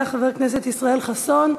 חבר הכנסת ישראל חסון.